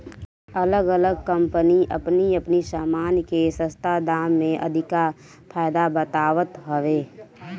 अलग अलग कम्पनी अपनी अपनी सामान के सस्ता दाम में अधिका फायदा बतावत हवे